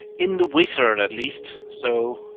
in the wizard at least. so,